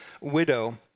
widow